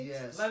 Yes